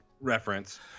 reference